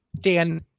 Dan